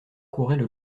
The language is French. couraient